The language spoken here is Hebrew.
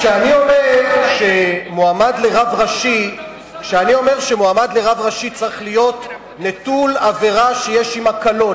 כשאני אומר שמועמד לרב ראשי צריך להיות נטול עבירה שיש עמה קלון,